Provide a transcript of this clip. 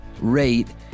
rate